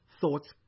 thoughts